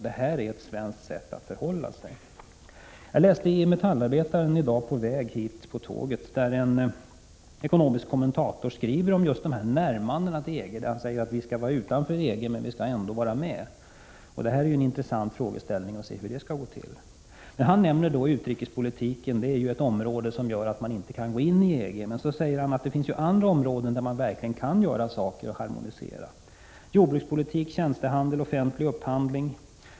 Detta är ett svenskt sätt att förhålla sig. Jag läste i dag på tåget Metallarbetaren, där en ekonomisk kommentator skriver om närmandena till EG. Han säger att vi skall stå utanför EG men ändå vara med — det skall bli intressant att se hur det skall gå till! Han nämner utrikespolitiken som det som gör att vi inte kan gå in i EG. Samtidigt säger han att det finns andra områden där man verkligen kan göra saker för att åstadkomma harmonisering: jordbrukspolitiken, tjänstehandeln och den offentliga upphandlingen.